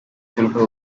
simply